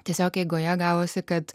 tiesiog eigoje gavosi kad